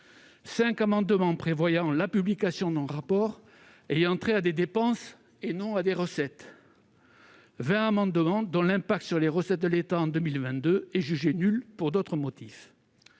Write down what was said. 5 amendements dont l'objet est la publication d'un rapport portant sur des dépenses, et non sur des recettes ; 20 amendements dont l'impact sur les recettes de l'État en 2022 est jugé nul pour d'autres motifs.